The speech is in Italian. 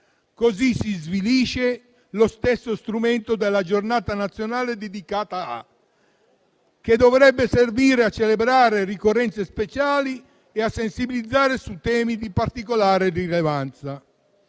Così si svilisce lo stesso strumento della giornata nazionale dedicata a, che dovrebbe servire a celebrare ricorrenze speciali e a sensibilizzare su temi di particolare rilevanza.